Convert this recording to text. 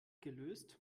gelöst